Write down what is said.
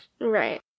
Right